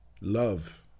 love